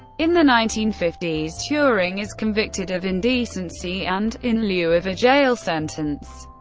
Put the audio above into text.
in the nineteen fifty s turing is convicted of indecency and, in lieu of a jail sentence,